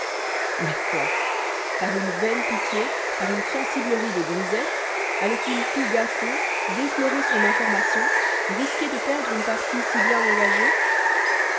mais quoi par une vaine pitié par une sensiblerie de grisette allait-il tout gâter déflorer son information risquer de perdre une partie si bien engagée